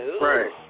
right